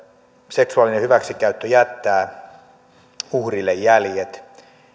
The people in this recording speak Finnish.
seksuaalinen hyväksikäyttö jättää uhrille jäljet